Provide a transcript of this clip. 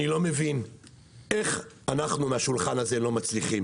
אני לא מבין איך אנחנו מהשולחן הזה לא מצליחים